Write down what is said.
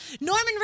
Norman